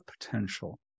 potential